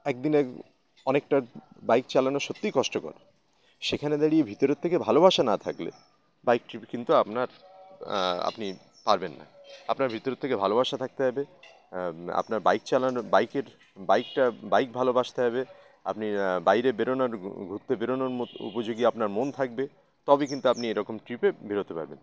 একদিনে অনেকটা বাইক চালানো সত্যিই কষ্টকর সেখানে দাঁড়িয়ে ভিতরের থেকে ভালোবাসা না থাকলে বাইক ট্রিপ কিন্তু আপনার আপনি পারবেন না আপনার ভিতরের থেকে ভালোবাসা থাকতে হবে আপনার বাইক চালানো বাইকের বাইকটা বাইক ভালোবাসতে হবে আপনি বাইরে বেরোনোর ঘুরতে বেরোনোর মো উপযোগী আপনার মন থাকবে তবে কিন্তু আপনি এরকম ট্রিপে বেরোতে পারবেন